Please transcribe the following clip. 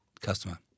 customer